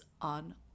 on